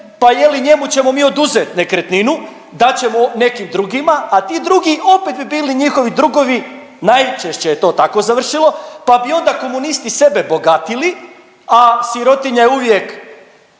pa je li njemu ćemo mi oduzeti nekretninu dat ćemo nekim drugima, a ti drugi opet bi bili njihovi drugovi najčešće je to tako završilo pa bi onda komunisti sebe bogatili, a sirotinja je uvijek